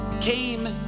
came